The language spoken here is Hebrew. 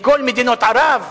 בכל מדינות ערב?